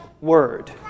word